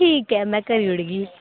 ठीक ऐ मैं करी उड़गी हा